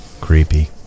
Creepy